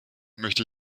möchte